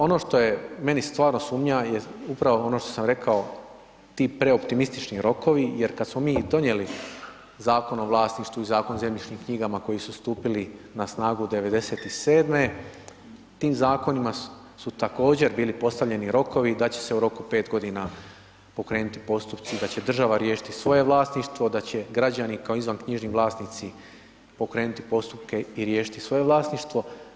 Ono što je meni stvarno sumnja, je upravo ono što sam rekao, ti preoptimistični rokovi, jer kada smo mi donijeli Zakon o vlasništvu i Zakon o zemljišnim knjigama, koji su stupili na snagu '97. tim zakonima su također bili postavljeni rokovi, da će se u roku 5 g. pokrenuti postupci, da će država riješiti svoje vlasništvo, da će građani kao izvanknjižni vlasnici pokrenuti postupke i riješiti svoje vlasništvo.